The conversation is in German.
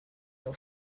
auf